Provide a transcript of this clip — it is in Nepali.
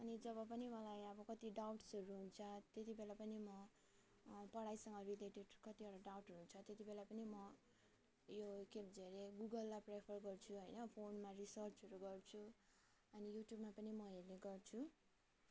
अनि जब पनि मलाई अब कति डाउट्सहरू हुन्छ त्यति बेला पनि म पढाइसँग रिलेटेड कतिवटा डाउटहरू हुन्छ त्यति बेला पनि म यो के भन्छ हरे गुगललाई प्रिफर गर्छु होइन फोनमा रिसर्चहरू गर्छु अनि युट्युबमा पनि म हेर्ने गर्छु अन्त